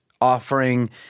offering